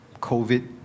COVID